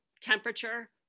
temperature